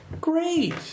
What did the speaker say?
great